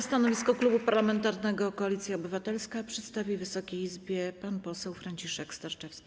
Stanowisko Klubu Parlamentarnego Koalicja Obywatelska przedstawi Wysokiej Izbie pan poseł Franciszek Sterczewski.